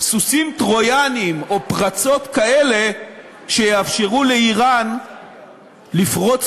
סוסים טרויאניים או פרצות כאלה שיאפשרו לאיראן לפרוץ